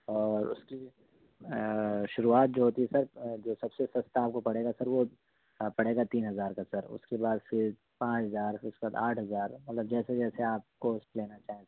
اور اس کی شروعات جو ہوتی ہے سر جو سب سے سستا آپ کو پڑے گا سر وہ پڑے گا تین ہزار کا سر اس کے بعد پھر پانچ ہزار پھر اس کے بعد آٹھ ہزار مطلب جیسے جیسے آپ کوسٹ لینا چاہیں سر